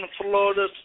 Florida